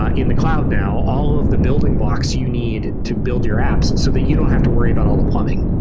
ah in the cloud now, all of the building blocks you need to build your apps so that you don't have to worry about all the plumbing.